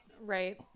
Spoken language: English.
Right